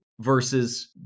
Versus